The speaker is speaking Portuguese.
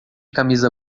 camisa